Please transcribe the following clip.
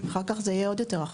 אחר כך זה יהיה עוד יותר רחוק.